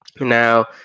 Now